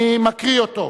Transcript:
אני מקריא אותו,